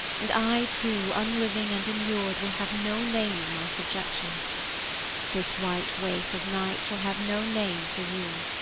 and i too, unliving and immured, will have no name in my subjection this white waif of night shall have no name for you.